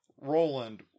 Roland